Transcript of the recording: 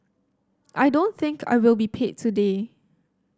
I don't think I will be paid today